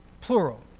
plural